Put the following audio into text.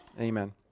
amen